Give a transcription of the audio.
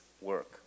work